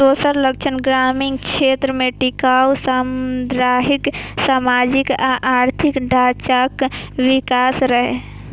दोसर लक्ष्य ग्रामीण क्षेत्र मे टिकाउ सामुदायिक, सामाजिक आ आर्थिक ढांचाक विकास रहै